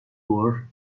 worth